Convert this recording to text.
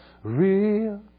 Real